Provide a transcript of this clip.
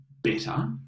better